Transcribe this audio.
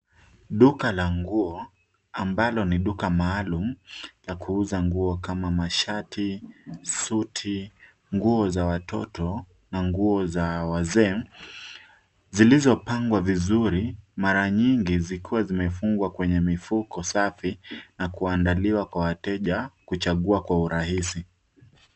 Duka la nguo ambalo ni duka maalum la kuuza nguo kama mashati, suti, nguo za watoto na nguo za wazee zilizopangwa vizuri mara nyingi zikiwa zimefungwa kwenye mifuko safi na kuandaliwa kwa wateja kuchagua kwa urahisi.